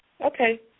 Okay